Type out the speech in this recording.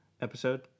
episode